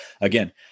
again